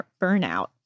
burnout